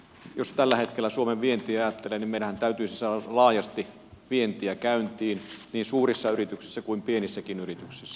jos tällä hetkellä suomen vientiä ajattelee niin meidänhän täytyisi saada laajasti vientiä käyntiin niin suurissa yrityksissä kuin pienissäkin yrityksissä